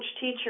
teacher